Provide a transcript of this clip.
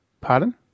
Pardon